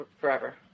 forever